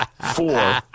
four